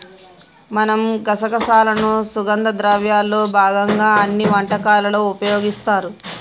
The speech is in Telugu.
మనం గసగసాలను సుగంధ ద్రవ్యాల్లో భాగంగా అన్ని వంటకాలలో ఉపయోగిస్తారు